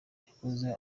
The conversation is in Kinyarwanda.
yakoze